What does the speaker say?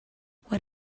what